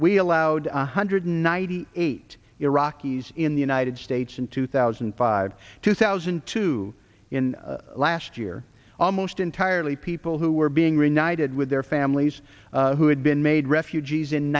we allowed one hundred ninety eight iraqis in the united states in two thousand and five two thousand to in last year almost entirely people who were being reunited with their families who had been made refugees in